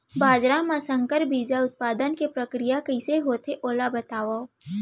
बाजरा मा संकर बीज उत्पादन के प्रक्रिया कइसे होथे ओला बताव?